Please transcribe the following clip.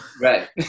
Right